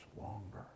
longer